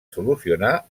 solucionar